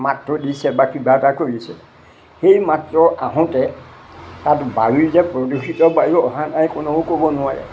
মাত্ৰ দিছে বা কিবা এটা কৰিছে সেই মাত্ৰ আহোঁতে তাত বায়ু যে প্ৰদূষিত বায়ু অহা নাই কোনেও ক'ব নোৱাৰে